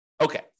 Okay